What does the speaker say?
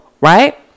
right